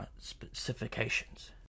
specifications